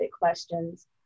questions